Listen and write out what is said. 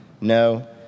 No